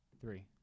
three